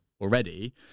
already